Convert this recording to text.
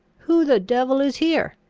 who the devil is here?